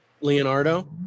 Leonardo